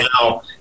now